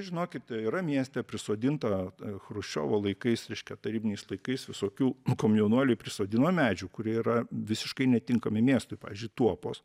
žinokite yra mieste prisodinta chruščiovo laikais reiškia tarybiniais laikais visokių komjaunuoliai prisodino medžių kurie yra visiškai netinkami miestui pavyzdžiui tuopos